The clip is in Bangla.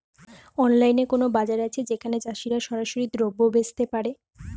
অনলাইনে কোনো বাজার আছে যেখানে চাষিরা সরাসরি দ্রব্য বেচতে পারে?